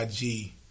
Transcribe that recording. IG